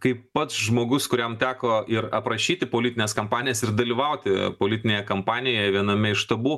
kaip pats žmogus kuriam teko ir aprašyti politines kampanijas ir dalyvauti politinėje kampanijoje viename iš štabų